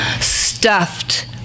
stuffed